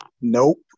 Nope